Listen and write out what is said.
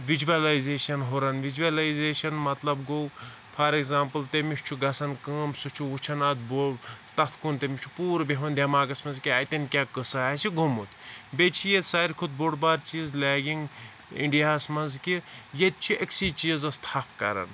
visualisation ہُران visualization مَطلب گوٚو فار ایٚگزامپٕل تٔمِس چھُ گَژھان کٲم سُہ چھُ وِچھان اکھ بوڑ تَتھ کُن تٔمِس چھُ پوٗرِ بیٚہوان دٮ۪ماغَس منٛز کہِ اَتٮ۪ن کیٛاہ قٕصہٕ آسہِ گوٚمُت بیٚیہ چھِ ییٚتہِ ساروٕے کھۄتہٕ بوٚڑ بارٕ چیٖز لیگِنٛگ اِنڈِیا ہَس منٛز کہِ ییٚتہِ چھِ أکسی چیٖزَس تھَپھ کَران